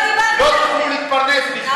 לא תוכלו להתפרנס מכך.